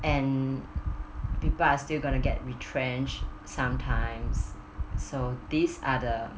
and people are still going to get retrench some times so these are the